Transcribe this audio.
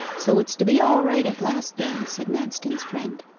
so it's to be all right at last then said manston's friend.